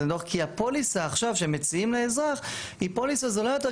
כי הפוליסה עכשיו שמציעים לאזרח היא פוליסה זולה יותר,